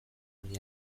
honi